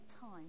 time